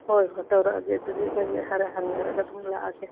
ꯍꯣꯏ ꯍꯣꯏ ꯇꯧꯔꯛꯑꯒꯦ ꯑꯗꯨꯗꯤ ꯑꯩꯈꯣꯏꯒꯤ ꯈꯔ ꯍꯪꯅꯔꯒ ꯑꯗꯨꯝ ꯂꯥꯛꯑꯒꯦ